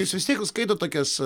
jūs vis tiek skaitot tokias